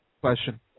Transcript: Question